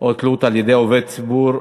או תלות על-ידי עובד ציבור),